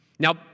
Now